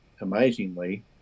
amazingly